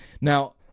Now